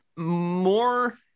More